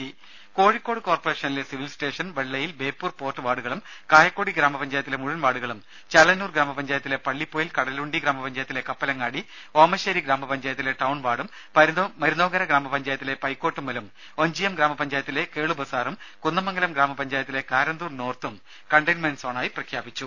ദേദ കോഴിക്കോട് കോർപ്പറേഷനിലെ civil station Vellayil Beypore port വാർഡുകളും കായക്കൊടി ഗ്രാമപഞ്ചായത്തിലെ മുഴുവൻ വാർഡുകളും ചേളന്നൂർ ഗ്രാമപഞ്ചായത്തിലെ പള്ളിപ്പൊയിൽ കടലുണ്ടി ഗ്രാമപഞ്ചായത്തിലെ കപ്പലങ്ങാടി ഓമശ്ശേരി ഗ്രാമപഞ്ചായത്തിലെ ടൌൺ വാർഡും മരുതോങ്കര ഗ്രാമപഞ്ചായത്തിലെ പൈക്കാട്ടുമ്മലും ഒഞ്ചിയം ഗ്രാമപഞ്ചായത്തിലെ കേളുബസാറും കുന്ദമംഗലം ഗ്രാമപഞ്ചായത്തിലെ കാരന്തൂർ നോർത്തും കണ്ടെയ്മെന്റ്സോണായി പ്രഖ്യാപിച്ചു